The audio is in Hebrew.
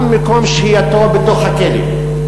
גם מקום שהייתו בתוך הכלא,